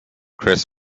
chris